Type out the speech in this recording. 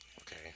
Okay